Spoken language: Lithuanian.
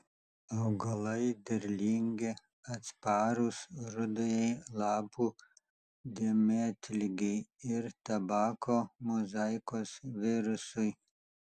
augalai derlingi atsparūs rudajai lapų dėmėtligei ir tabako mozaikos virusui